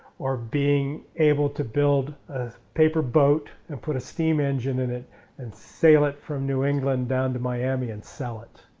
or being able to build a paper boat and put a steam engine in it and sail it from new england down to miami and sell it.